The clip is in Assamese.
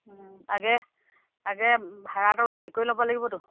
আগে আগে আগে ভাড়াটো হেৰি কৰি ল'ব লাগিবতো